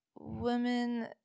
women